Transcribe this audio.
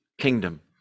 kingdom